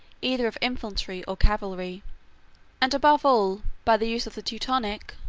either of infantry or cavalry and above all, by the use of the teutonic,